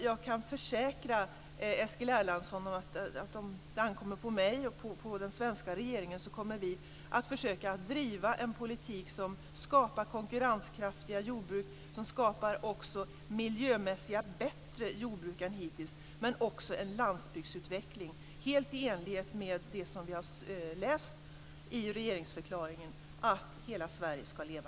Jag kan försäkra Eskil Erlandsson att vad som ankommer på mig och på den svenska regeringen skall vi försöka åstadkomma en politik som skapar konkurrenskraftiga och även miljömässigt bättre jordbruk än hittills men också en landsbygdsutveckling helt i enlighet med det som vi kan läsa om i regeringsförklaringen om att hela Sverige skall leva.